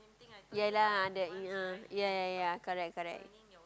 ya lah that uh ya ya ya correct correct